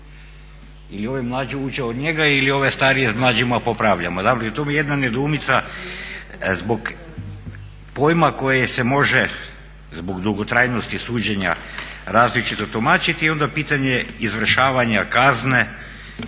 Ili ovi mlađi uče od njega ili ove starije s mlađima popravljamo? Dakle tu bi jedna nedoumica zbog pojma koji se može zbog dugotrajnosti suđenja različito tumačiti i onda pitanje izvršavanja kazne